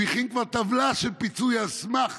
הוא הכין כבר טבלה של פיצוי על סמך